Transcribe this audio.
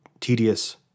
tedious